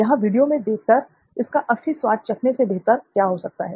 यहां वीडियो में देख कर इसका असली स्वाद चखने से बेहतर क्या हो सकता है